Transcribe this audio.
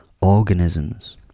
organisms